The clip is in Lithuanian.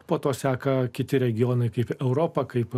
po to seka kiti regionai kaip europa kaip